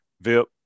Vip